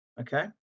Okay